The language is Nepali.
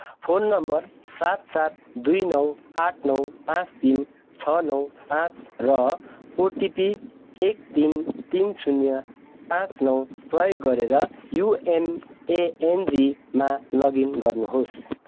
फोन नम्बर सात सात दुई नौ आठ नौ पाँच तिन छ नौ पाँच र ओटिपी एक तिन तिन शून्य पाँच नौ प्रयोग गरेर युएमएएनजीमा लगइन गर्नुहोस्